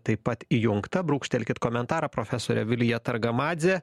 taip pat įjungta brūkštelkit komentarą profesorė vilija targamadzė